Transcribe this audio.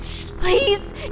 Please